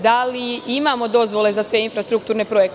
Da li imamo dozvole za sve infrastrukturne projekte?